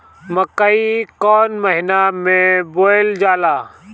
मकई कौन महीना मे बोअल जाला?